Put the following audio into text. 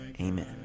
amen